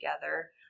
together